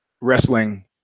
Wrestling